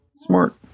smart